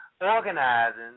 Organizing